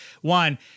one